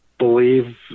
believe